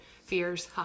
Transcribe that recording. fears